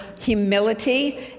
humility